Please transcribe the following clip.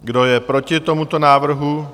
Kdo je proti tomuto návrhu?